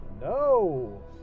No